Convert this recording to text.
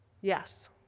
Yes